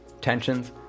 tensions